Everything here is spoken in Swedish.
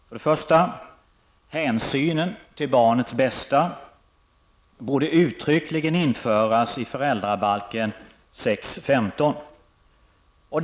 För det första gäller det det uttryckliga kravet på att en text om hänsynen till barnets bästa borde införas i 6 kap. 15 § föräldrabalken.